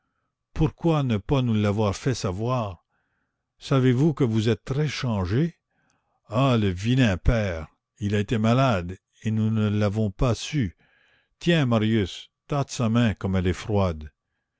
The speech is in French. pourquoi ne pas nous l'avoir fait savoir savez-vous que vous êtes très changé ah le vilain père il a été malade et nous ne l'avons pas su tiens marius tâte sa main comme elle est froide